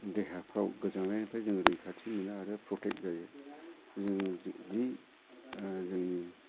देहाफ्राव गोजांनायनिफ्राय जों रैखाथि मोनो आरो प्रटेक्ट जायो जोंनि